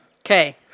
Okay